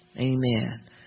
Amen